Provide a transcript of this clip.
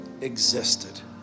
existed